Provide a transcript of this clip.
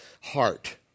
Heart